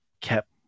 kept